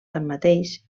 tanmateix